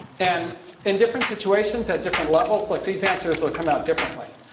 and in different situations at different levels, look, these answers will come out differently.